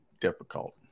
difficult